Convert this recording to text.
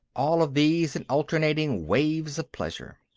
all of these in alternating waves of pleasure.